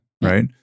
right